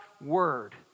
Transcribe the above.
Word